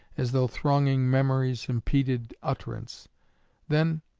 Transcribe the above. as though thronging memories impeded utterance then,